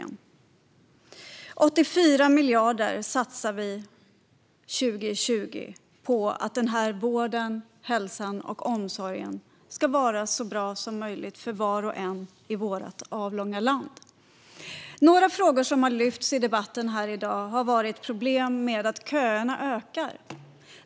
Vi satsar 84 miljarder 2020 på att vården, hälsan och omsorgen ska vara så bra som möjligt för var och en i vårt avlånga land. En av frågorna som har lyfts upp i debatten här i dag har varit problemet med att köerna ökar.